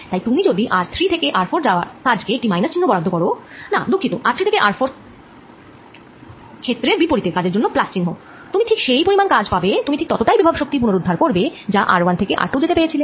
তাই তুমি যদি r3 থেকে r4যাওয়ার কাজ কে একটি মাইনাস চিহ্ন বরাদ্দ করো না দুঃখিত r3 থেকে r4থেকে ক্ষেত্রের বিপরীতে কাজের জন্য প্লাস চিহ্ন তুমি ঠিক সেই পরিমাণ কাজ পাবে তুমি ঠিক ততটাই বিভব শক্তি পুনরুদ্ধার করবে যা r1 থেকে r2 যেতে পেয়েছিলে